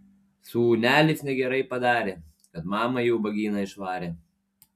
sūnelis negerai padarė kad mamą į ubagyną išvarė